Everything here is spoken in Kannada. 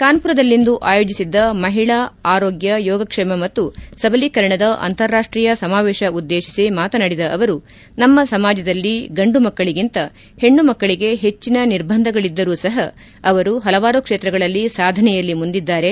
ಕಾನ್ವುರದಲ್ಲಿಂದು ಆಯೋಜಿಸಿದ್ದ ಮಹಿಳಾ ಆರೋಗ್ಕ ಯೋಗಕ್ಷೇಮ ಮತ್ತು ಸಬಲೀಕರಣದ ಅಂತಾರಾಷ್ಟೀಯ ಸಮಾವೇಶ ಉದ್ದೇತಿಸಿ ಮಾತನಾಡಿದ ಅವರು ನಮ್ಮ ಸಮಾಜದಲ್ಲಿ ಗಂಡು ಮಕ್ಕಳಗಿಂತ ಹೆಣ್ಣು ಮಕ್ಕಳಗೆ ಹೆಚ್ಚಿನ ನಿರ್ಬಂಧಗಳಿದ್ದರೂ ಸಹ ಅವರು ಪಲವಾರು ಕ್ಷೇತ್ರಗಳಲ್ಲಿ ಸಾಧನೆಯಲ್ಲಿ ಮುಂದಿದ್ದಾರೆ